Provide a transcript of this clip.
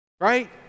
right